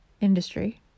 industry